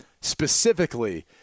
specifically